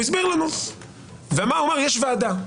הוא אמר שיש ועדה.